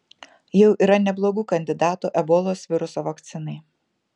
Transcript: jau yra neblogų kandidatų ebolos viruso vakcinai